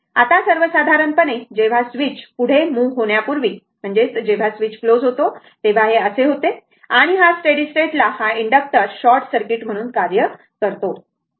आता सर्वसाधारणपणे जेव्हा स्विच पुढे मूव होण्यापूर्वी जेव्हा स्विच क्लोज होते तेव्हा हे असे होते आणि स्टेडी स्टेट ला हा इनडक्टर शॉर्ट सर्किट म्हणून कार्य करते